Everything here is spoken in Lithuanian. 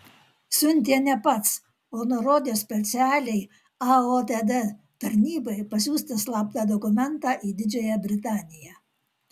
siuntė ne pats o nurodė specialiai aotd tarnybai pasiųsti slaptą dokumentą į didžiąją britaniją